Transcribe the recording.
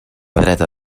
dreta